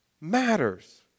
matters